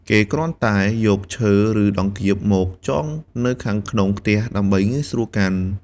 គេគ្រាន់តែយកឈើឬដង្កៀបមកចងនៅខាងក្នុងខ្ទះដើម្បីងាយស្រួលកាន់។